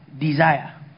desire